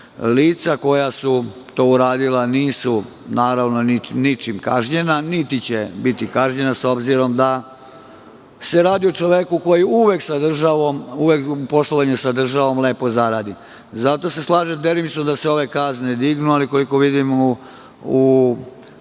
koja su to uradila nisu, naravno, ničim kažnjena, niti će biti kažnjena, s obzirom da se radi o čoveku koji uvek u poslovanju sa državom lepo zaradi. Zato se slažem, delimično, da se ove kazne dignu, ali koliko vidim u